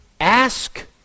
Ask